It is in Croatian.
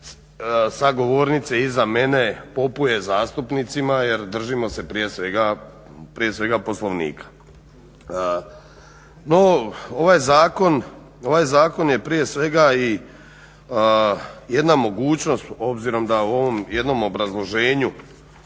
sa govornice iza mene popuje zastupnicima jer držimo se prije svega poslovnika. No ovaj zakon je prije svega i jedna mogućnost obzirom da u ovom jednom obrazloženju